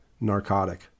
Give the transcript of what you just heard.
narcotic